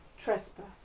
trespass